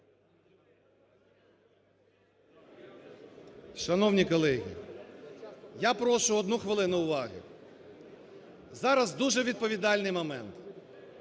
Шановні колеги! Я прошу одну хвилину увагу. Зараз дуже відповідальний момент.